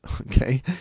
okay